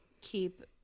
Keep